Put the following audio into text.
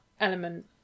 element